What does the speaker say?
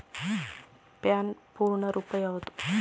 PAN ಪೂರ್ಣ ರೂಪ ಯಾವುದು?